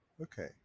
okay